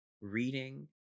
reading